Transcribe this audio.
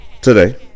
today